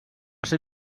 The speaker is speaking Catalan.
ser